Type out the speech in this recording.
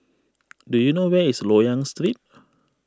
do you know where is Loyang Street